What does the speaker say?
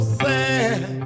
sad